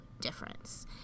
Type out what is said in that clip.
difference